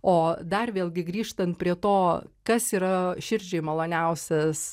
o dar vėlgi grįžtan prie to kas yra širdžiai maloniausias